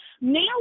Now